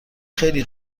خیلی